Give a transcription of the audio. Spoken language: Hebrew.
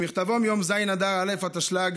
במכתבו מיום ז' אדר א' התשל"ג